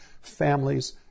families